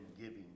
giving